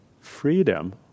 freedom